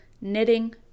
knitting